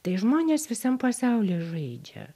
tai žmonės visam pasauly žaidžia